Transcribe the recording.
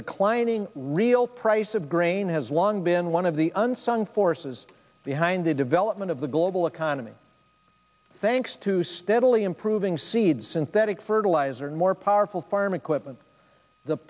declining real price of grain has long been one of the unsung forces behind the development of the global economy thanks to steadily improving seed synthetic fertilizer and more powerful farm equipment the